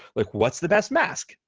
like what's the best mask?